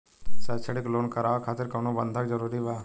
शैक्षणिक लोन करावे खातिर कउनो बंधक जरूरी बा?